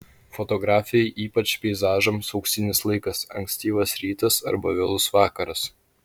fotografijai ypač peizažams auksinis laikas ankstyvas rytas arba vėlus vakaras